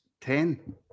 ten